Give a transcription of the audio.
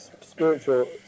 spiritual